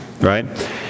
right